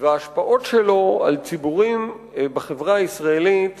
וההשפעות שלו על ציבורים בחברה הישראלית